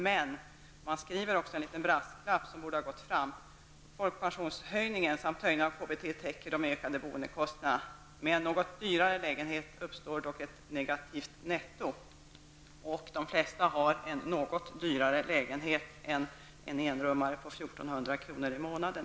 Men man skriver en liten brasklapp som borde ha gått fram: täcker de ökade boendekostnaderna. '' Och de flesta har en ''något dyrare lägenhet'' än en enrummare på 1 400 kr. i månaden.